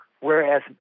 Whereas